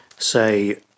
say